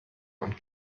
und